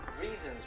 reasons